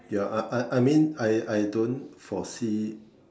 ya I I I mean I I don't foresee